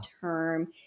term